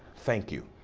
thank you.